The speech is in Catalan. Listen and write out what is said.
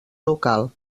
local